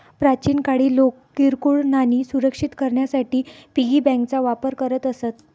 प्राचीन काळी लोक किरकोळ नाणी सुरक्षित करण्यासाठी पिगी बँकांचा वापर करत असत